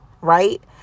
right